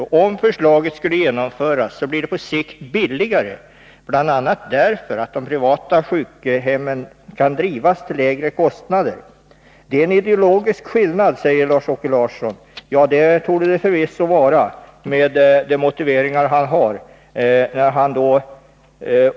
Om vårt förslag skulle genomföras blir det på sikt billigare, bl.a. därför att de privata sjukhemmen kan drivas till lägre kostnader. Det är en ideologisk skillnad, säger Lars-Åke Larsson. Ja, det torde det förvisso vara, med de motiveringar han har.